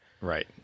Right